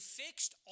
fixed